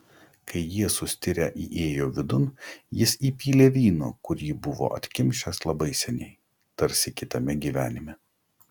kai jie sustirę įėjo vidun jis įpylė vyno kurį buvo atkimšęs labai seniai tarsi kitame gyvenime